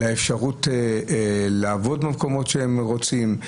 לאפשרות לעבוד במקומות שהם רוצים,